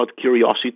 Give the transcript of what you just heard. Curiosity